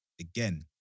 again